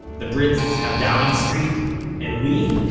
the brits have downing street and we,